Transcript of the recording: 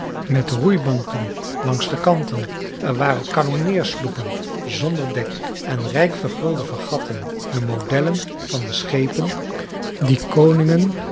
met roeibanken langs de kanten er waren kanonneersloepen zonder dek en rijk vergulde fregatten de modellen van de schepen die koningen